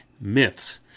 myths